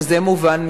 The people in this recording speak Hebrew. וזה מובן מאליו.